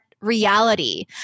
reality